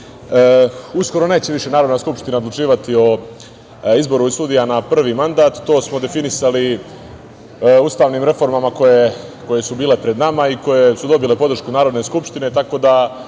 redu. Uskoro neće više Narodna skupština odlučivati o izboru sudija na prvi mandat. To smo definisali ustavnim reformama koje su bile pred nama i koje su dobile podršku Narodne skupštine,